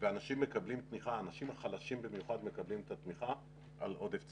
והאנשים החלשים במיוחד מקבלים את התמיכה על עודף צריכה.